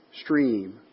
stream